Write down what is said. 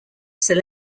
sir